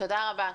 תודה רבה.